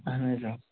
اَہَن حظ آ